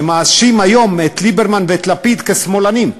שמאשים היום את ליברמן ואת לפיד כשמאלנים.